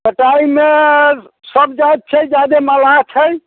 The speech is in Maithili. तऽ एहिमे सभ जाति छै जादे मलाह छै